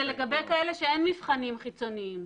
זה לגבי כאלה שאין מבחנים חיצוניים,